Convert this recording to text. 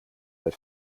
but